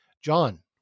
John